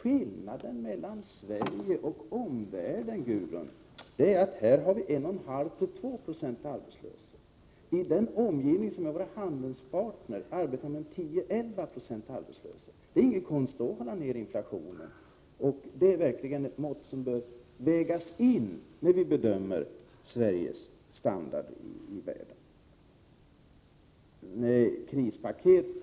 Skillnaden mellan Sverige och omvärlden är att vi i Sverige har 1,5-2 96 arbetslösa. I den omgivning som är våra handelspartner arbetar man med 10-11 96 arbetslöshet. Det är ingen konst att då hålla inflationen nere. Det är verkligen något som bör vägas in när vi bedömer Sveriges standard i världen.